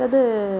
तद्